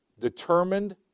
determined